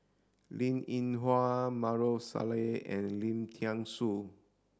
Linn In Hua Maarof Salleh and Lim Thean Soo